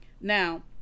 Now